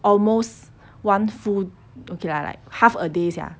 almost one full okay lah like half a day sia